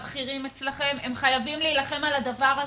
הבכירים אצלכם הם חייבים להילחם על הדבר הזה.